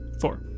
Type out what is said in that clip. Four